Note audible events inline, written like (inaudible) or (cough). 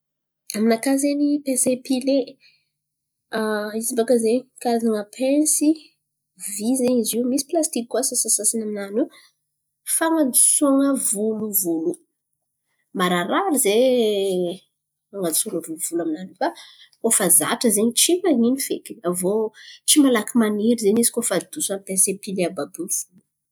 Aminaka zen̈y painsy a epile, (hesitation) izy baka zen̈y karazan̈a painsy vÿ zen̈y zio misy pilasitiky koa sasasasany aminany io, fan̈adosoan̈a volovolo. Mararirary zay man̈antsory volovolo aminany io fa koa fa zatra zen̈y tsy man̈ino feky. Aviô tsy malaky maniry zen̈y izy koa fa adoso amy painsy a epile àby àby io fo.